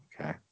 Okay